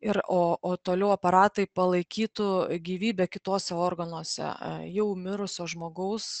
ir o o toliau aparatai palaikytų gyvybę kituose organuose jau mirusio žmogaus